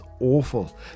awful